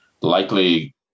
likely